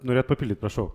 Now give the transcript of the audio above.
norėjot papildyt prašau